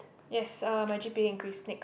yes uh my G_P_A increased next